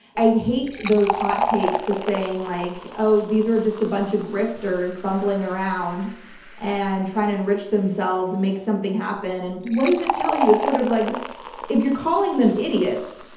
i hate those hot takes of saying like, oh, these are just a bunch of grifters bumbling around and trying to enrich themselves and make something happen. and what does it tell you? it's sort of like if you're calling them idiots,